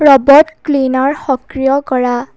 robot cleaner সক্ৰিয় কৰা